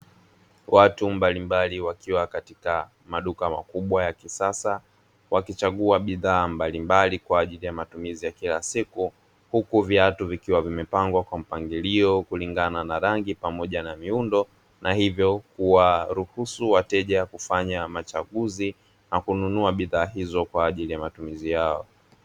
Watu mbalimbali wakiwa katika maduka makubwa ya kisasa wakichagua bidhaa mbalimbali kwa ajili ya matumizi ya kila siku; huku viatu vikiwa vimepangwa kwa mpangilio kulingana na rangi pamoja na miundo na hivyo kuwaruhusu wateja kufanya machaguzi na kununua bidhaa hizo kwa ajili ya matumizi yao.